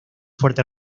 fuerte